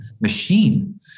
machine